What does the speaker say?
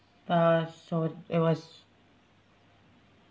uh so it was